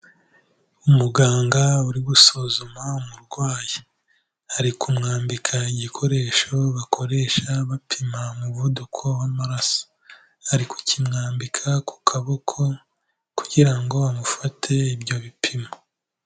Umuganga uri gusuzuma umurwayi, ari kumwambika igikoresho bakoresha bapima umuvuduko w'amaraso, ari kukimwambika ku kaboko kugira ngo amufate ibyo bipimo.